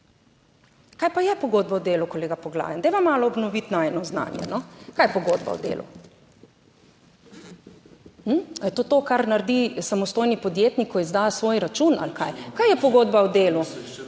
Kaj pa je pogodba o delu, kolega Poglajen? Dajva malo obnoviti najino znanje. Kaj je pogodba o delu? Ali je to to, kar naredi samostojni podjetnik, ko izda svoj račun ali kaj? Kaj je pogodba o delu?